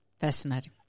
Fascinating